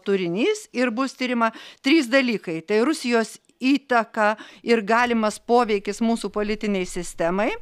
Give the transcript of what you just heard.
turinys ir bus tirima trys dalykai tai rusijos įtaka ir galimas poveikis mūsų politinei sistemai